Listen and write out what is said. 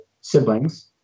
siblings